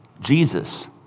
Jesus